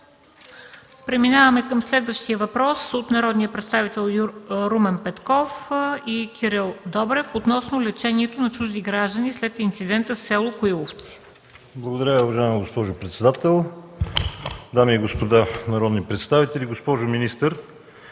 Преминаваме към следващия въпрос от народните представители Румен Петков и Кирил Добрев относно лечението на чужди граждани след инцидента в село Коиловци. РУМЕН ПЕТКОВ (КБ): Благодаря, уважаема госпожо председател. Дами и господа народни представители, госпожо министър!